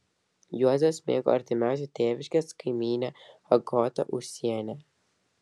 juozas mėgo artimiausią tėviškės kaimynę agotą ūsienę